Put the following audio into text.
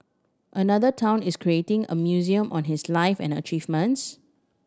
another town is creating a museum on his life and achievements